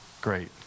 great